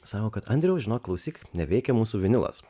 sako kad andriau žinok klausyk neveikia mūsų vinilas